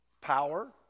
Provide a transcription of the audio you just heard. power